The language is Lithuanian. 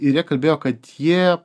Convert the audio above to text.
ir jie kalbėjo kad jie